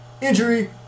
injury